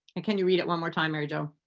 and can you read it one more time, mary jo.